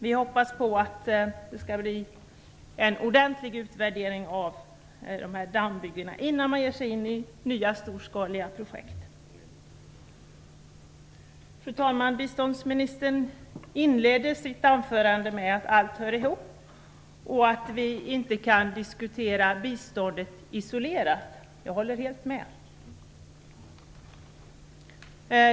Vi hoppas på att det skall bli en ordentlig utvärdering av dessa dammbyggen innan man ger sig in i nya storskaliga projekt. Fru talman! Biståndsministern inledde sitt anförande med att säga att allt hör ihop och att vi inte kan diskutera biståndet isolerat. Jag håller helt med om det.